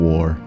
War